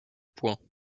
points